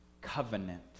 covenant